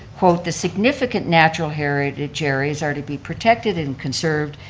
quote, the significant natural heritage areas are to be protected and conserved,